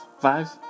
Five